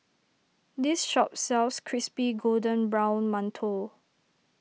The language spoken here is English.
this shop sells Crispy Golden Brown Mantou